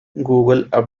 google